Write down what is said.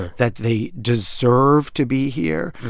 that they deserve to be here.